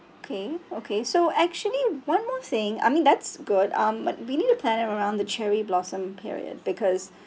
okay okay so actually one more thing I mean that's good um but we need to plan around the cherry blossom period because